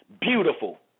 beautiful